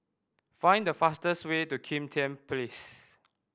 find the fastest way to Kim Tian Place